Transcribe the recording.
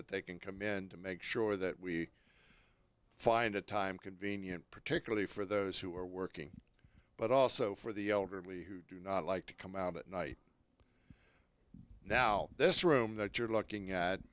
that they can come in to make sure that we find a time convenient particularly for those who are working but also for the elderly who do not like to come out at night now this room that you're looking at